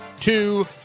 two